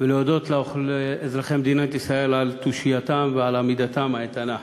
ולהודות לאזרחי מדינת ישראל על תושייתם ועל עמידתם האיתנה.